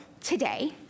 today